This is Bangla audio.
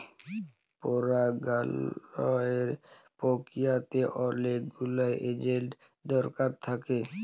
পরাগায়লের পক্রিয়াতে অলেক গুলা এজেল্ট দরকার থ্যাকে